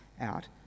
out